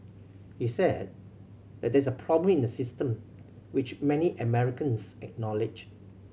he said that there is a problem in the system which many Americans acknowledged